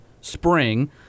spring